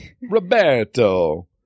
Roberto